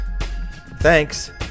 Thanks